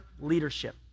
leadership